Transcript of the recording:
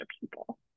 people